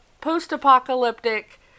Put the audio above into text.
post-apocalyptic